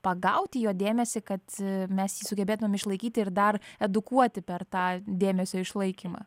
pagauti jo dėmesį kad mes jį sugebėtumėm išlaikyti ir dar edukuoti per tą dėmesio išlaikymą